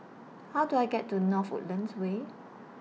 How Do I get to North Woodlands Way